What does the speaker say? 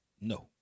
No